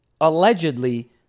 allegedly